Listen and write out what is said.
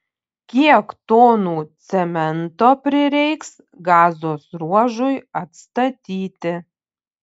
kiek tonų cemento prireiks gazos ruožui atstatyti